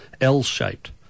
L-shaped